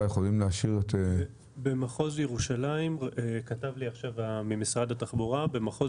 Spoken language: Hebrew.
כתב לי עכשיו ממשרד התחבורה במחוז